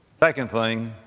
second thing,